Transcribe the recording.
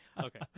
Okay